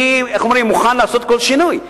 אני, איך אומרים, מוכן לעשות כל שינוי.